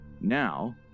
Now